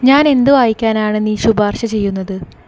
ഞാൻ എന്ത് വായിക്കാനാണ് നീ ശുപാർശ ചെയ്യുന്നത്